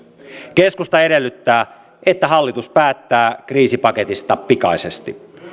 keskusta edellyttää että hallitus päättää kriisipaketista pikaisesti